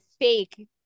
fake